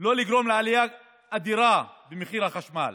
לא לגרום לעלייה אדירה במחיר החשמל.